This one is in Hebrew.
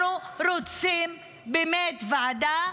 אנחנו רוצים באמת ועדה